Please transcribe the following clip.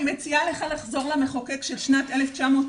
אני מציעה לך לחזור למחוקק של שנת 1970